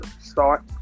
start